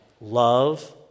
love